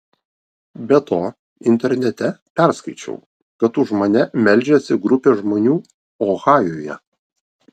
be to internete perskaičiau kad už mane meldžiasi grupė žmonių ohajuje